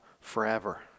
forever